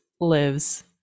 lives